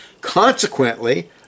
Consequently